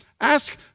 Ask